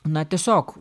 na tiesiog